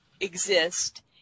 exist